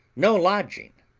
no lodging,